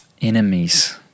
enemies